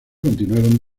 continuaron